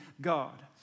God